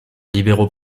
libéraux